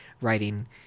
writing